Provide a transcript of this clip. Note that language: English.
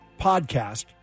podcast